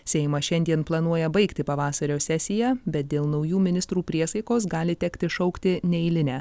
seimas šiandien planuoja baigti pavasario sesiją bet dėl naujų ministrų priesaikos gali tekti šaukti neeilinę